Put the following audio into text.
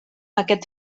aquest